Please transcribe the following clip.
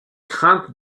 crainte